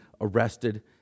arrested